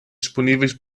disponíveis